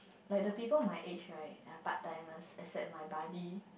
like the people my age right are part timers except my buddy